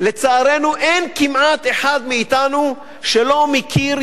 לצערנו אין כמעט אחד מאתנו שלא מכיר,